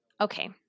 Okay